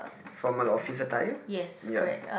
formal office attire ya